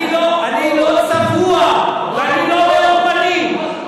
אני לא צבוע, ואני לא מאור פנים.